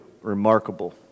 remarkable